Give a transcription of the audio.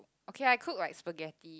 okay lah I cook like spaghetti